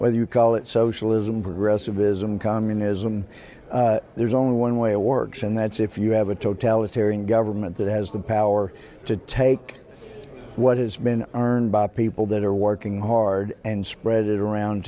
whether you call it socialism or rest of ism communism there's only one way it works and that's if you have a totalitarian government that has the power to take what has been earned by people that are working hard and spread it around